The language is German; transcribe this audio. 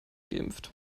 geimpft